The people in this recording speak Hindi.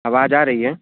आवाज आ रही है